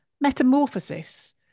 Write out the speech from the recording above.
metamorphosis